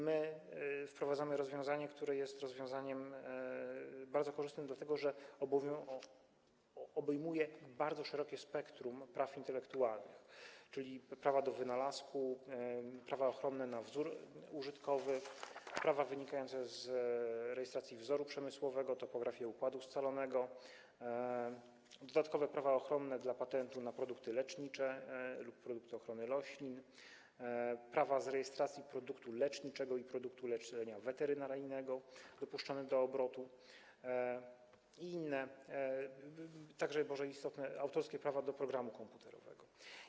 My wprowadzamy rozwiązanie, które jest rozwiązaniem bardzo korzystnym, dlatego że obejmuje ono bardzo szerokie spektrum praw intelektualnych: prawo do wynalazku, prawo ochronne na wzór użytkowy, prawo wynikające z rejestracji wzoru przemysłowego, topografii układu scalonego, dodatkowe prawa ochronne dotyczące patentów na produkty lecznicze lub produkty ochrony roślin, prawo do rejestracji produktu leczniczego i produktu leczenia weterynaryjnego, które są dopuszczone do obrotu, i inne prawa, także istotne prawa autorskie do programu komputerowego.